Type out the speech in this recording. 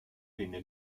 venne